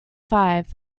five